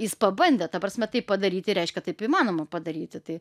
jis pabandė ta prasme tai padaryti reiškia taip įmanoma padaryti tai